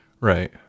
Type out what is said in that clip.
Right